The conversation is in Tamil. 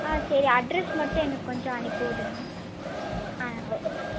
ஆ சரி அட்ரெஸ் மட்டும் எனக்கு கொஞ்சம் அனுப்பி விடுங்கள் ஆ